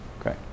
Okay